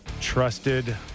trusted